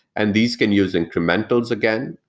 and these can use incrementals again.